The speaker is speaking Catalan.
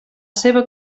seva